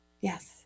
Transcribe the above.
Yes